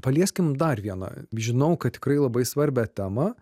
palieskim dar vieną žinau kad tikrai labai svarbią temą